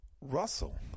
Russell